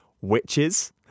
Witches